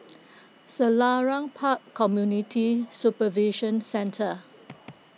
Selarang Park Community Supervision Centre